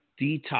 detox